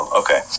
okay